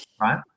right